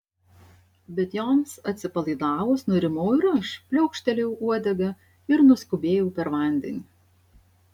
bet joms atsipalaidavus nurimau ir aš pliaukštelėjau uodega ir nuskubėjau per vandenį